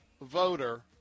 voter